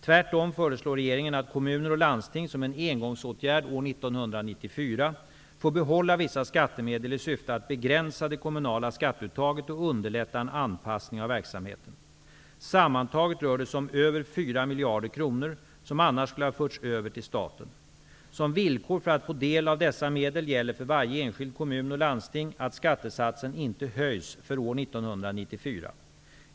Tvärtom föreslår regeringen att kommuner och landsting, som en engångsåtgärd år 1994, får behålla vissa skattemedel i syfte att begränsa det kommunala skatteuttaget och underlätta en anpassning av verksamheten. Sammantaget rör det sig om över 4 miljarder kronor, som annars skulle ha förts över till staten. Som villkor för att få del av dessa medel gäller för varje enskild kommun och landsting att skattesatsen inte höjs för år 1994.